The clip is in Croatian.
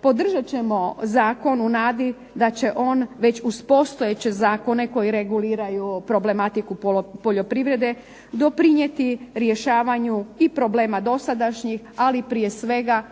Podržat ćemo Zakon u nadi da će on već uz postojeće zakone koji reguliraju problematiku poljoprivrede doprinijeti i rješavanju problema dosadašnjih ali prije svega